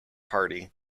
party